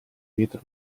vetro